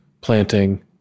planting